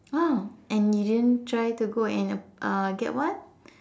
!wow! and you didn't try to go and ap~ uh get one